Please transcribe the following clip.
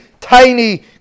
tiny